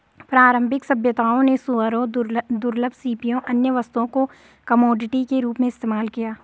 प्रारंभिक सभ्यताओं ने सूअरों, दुर्लभ सीपियों, अन्य वस्तुओं को कमोडिटी के रूप में इस्तेमाल किया